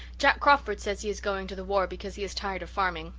jack crawford says he is going to the war because he is tired of farming.